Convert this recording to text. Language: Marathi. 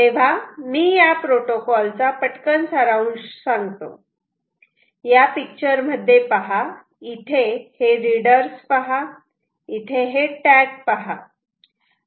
तेव्हा मी या प्रोटोकॉल चा पटकन सारांश सांगतो या पिक्चर मध्ये पहा इथे हे रीडर्स पहा आणि इथे हे टॅग पहा